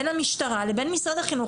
בין המשטרה לבין משרד החינוך,